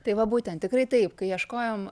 tai va būtent tikrai taip kai ieškojom